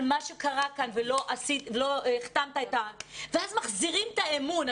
על מה שקרה כאן ולא החתמת ואז מחזירים את האמון.